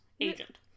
Agent